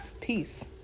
Peace